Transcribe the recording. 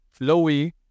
flowy